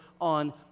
on